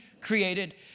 created